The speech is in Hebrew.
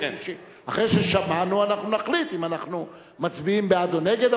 אחרי ששמענו אנחנו נחליט אם אנחנו מצביעים בעד או נגד,